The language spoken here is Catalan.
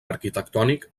arquitectònic